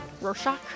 Rorschach